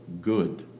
good